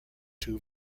two